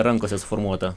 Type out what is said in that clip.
rankose suformuota